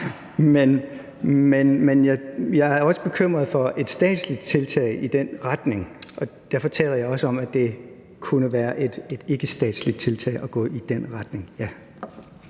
Men jeg er også bekymret for et statsligt tiltag i den retning, og derfor taler jeg også om, at det kunne være et ikkestatsligt tiltag i forhold til at gå i den retning